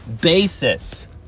basis